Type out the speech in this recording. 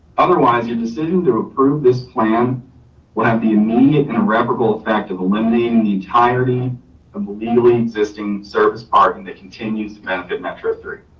otherwise your decision to approve this plan will have the immediate and irreparable effect of eliminating the entirety of the legally existing service parking that continues to benefit metro three.